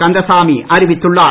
கந்தசாமி அறிவித்துள்ளார்